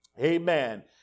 Amen